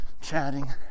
chatting